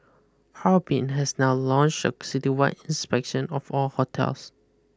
Harbin has now launched a citywide inspection of all hotels